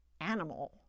animal